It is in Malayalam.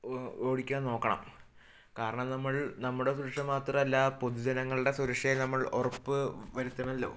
ഓടിക്കാൻ നോക്കണം കാരണം നമ്മൾ നമ്മുടെ സുരക്ഷ മാത്രമല്ല പൊതുജനങ്ങളുടെ സുരക്ഷയും നമ്മൾ ഉറപ്പ് വരുത്തണമല്ലോ